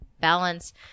balance